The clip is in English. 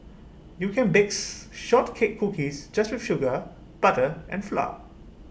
you can bakes short cake cookies just with sugar butter and flour